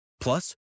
Plus